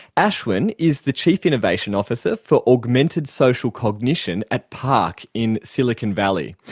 ashwin is the chief innovation officer for augmented social cognition at parc in silicon valley.